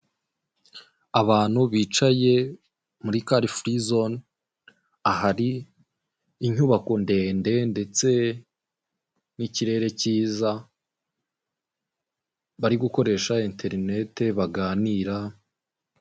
Abantu bicaye muri Car free zone, ahari inyubako ndende ndetse n'ikirere cyiza, bari gukoresha enterineti baganira.